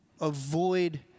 avoid